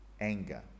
anger